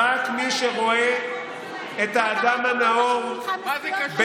באמצעות שיטת מינוי שאין לה אח ורע בעולם,